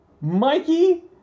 Mikey